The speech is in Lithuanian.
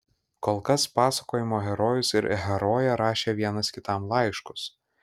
kol kas pasakojimo herojus ir herojė rašė vienas kitam laiškus